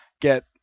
get